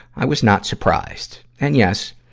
i was not surprised. and yes,